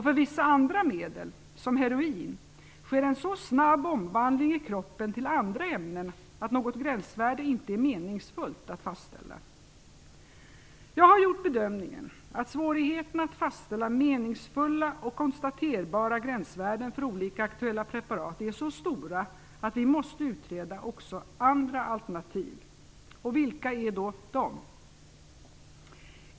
För vissa andra medel, som heroin, sker en så snabb omvandling i kroppen till andra ämnen att något gränsvärde inte är meningsfullt att fastställa. Jag har gjort bedömningen att svårigheten att fastställa meningsfulla och konstaterbara gränsvärden för olika aktuella preparat är så stora att vi måste utreda också andra alternativ. Vilka är då de?